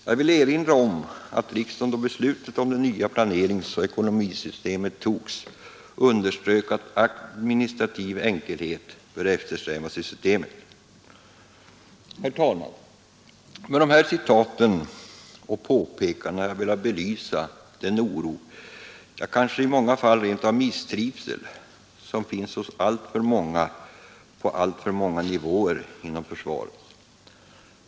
Jag vill erinra om att riksdagen då beslutet om det nya planeringsoch ekonomisystemet togs underströk att administrativ enkelhet bör eftersträvas i systemet. Herr talman! Med dessa citat och påpekanden har jag velat belysa den oro — ja, i många fall kanske rent av misstrivsel — som finns hos alltför många på alltför många nivåer inom försvaret.